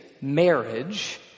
Marriage